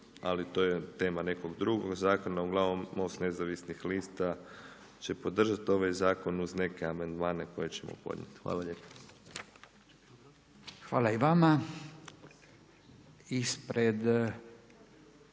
ali to je tema nekog drugog zakona, uglavnom MOST Nezavisnih lista će podržati ovaj zakon uz neke amandmane koje ćemo podnijeti. Hvala lijepa.